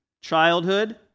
childhood